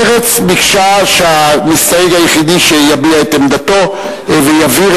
מרצ ביקשה שהמסתייג היחיד שיביע את עמדתו ויבהיר